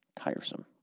Tiresome